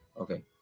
Okay